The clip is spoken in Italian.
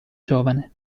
giovane